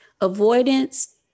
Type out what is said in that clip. Avoidance